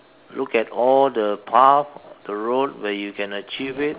look at all the path the road where you can achieve it